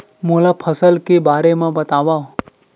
मोला फसल के बारे म बतावव?